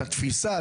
את התפיסה,